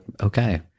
okay